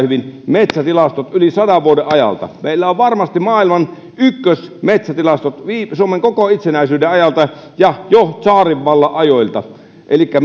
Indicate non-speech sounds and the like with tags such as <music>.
<unintelligible> hyvin metsätilastot yli sadan vuoden ajalta meillä on varmasti maailman ykkösmetsätilastot suomen koko itsenäisyyden ajalta ja jo tsaarin vallan ajoilta elikkä <unintelligible>